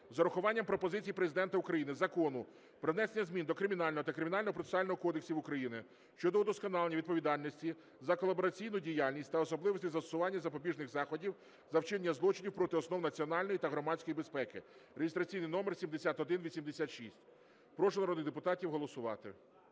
з урахуванням пропозицій Президента України Закону "Про внесення змін до Кримінального та Кримінального процесуального кодексів України щодо удосконалення відповідальності за колабораційну діяльність та особливості застосування запобіжних заходів за вчинення злочинів проти основ національної та громадської безпеки" (реєстраційний номер 7186). Прошу народних депутатів голосувати.